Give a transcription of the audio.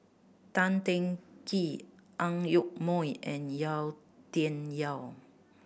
Tan Teng Kee Ang Yoke Mooi and Yau Tian Yau